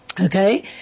Okay